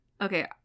Okay